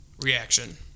reaction